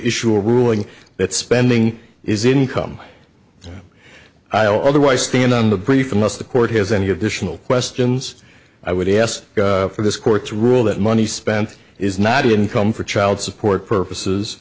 issue a ruling that spending is income i'll otherwise stand on the brief unless the court has any additional questions i would ask for this court's rule that money spent is not income for child support purposes